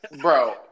bro